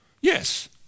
Yes